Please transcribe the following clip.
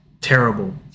terrible